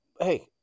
hey